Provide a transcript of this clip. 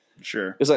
Sure